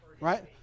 Right